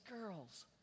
girls